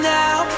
now